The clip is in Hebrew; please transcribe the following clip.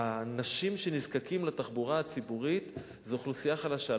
האנשים שנזקקים לתחבורה הציבורית זו אוכלוסייה חלשה.